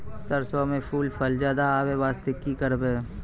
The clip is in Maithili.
सरसों म फूल फल ज्यादा आबै बास्ते कि करबै?